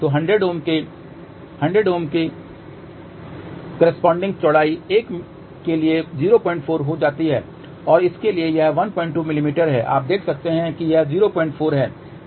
तो 100 Ω के करेस्पोंडिंग चौड़ाई 1 के लिए 04 हो जाती है और इसके लिए यह 12 मिमी है आप देख सकते हैं यह 04 है यह 12 है